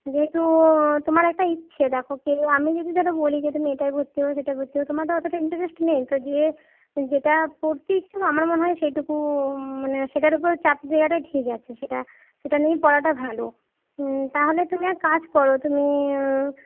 যেহেতু তোমার একটা ইচ্ছে দেখো কি আমি যদি ধর বলি যে তুমি এটায় ভর্তি হও সেটায় ভর্তি হও তোমার তো অতটা ইন্টারেস্ট নেই তো যে যেটা পড়তে ইচ্ছা আমার মনে হয় সেটুকু মানে সেটার ওপরে চাপ দেওয়াটাই ঠিক আছে সেটা সেটা নিয়েই পড়াটা ভালো তাহলে তুমি এক কাজ করো তুমি